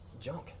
junk